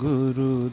Guru